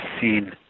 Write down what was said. seen